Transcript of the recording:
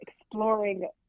exploring